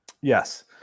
yes